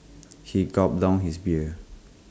he gulped down his beer